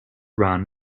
run